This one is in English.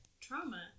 trauma